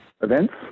events